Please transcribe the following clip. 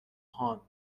هان